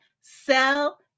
sell